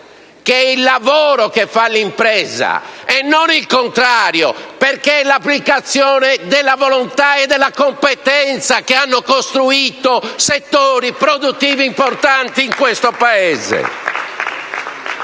che è il lavoro che fa l'impresa e non il contrario, perché è l'applicazione della volontà e della competenza che ha costruito settori produttivi importanti in questo Paese.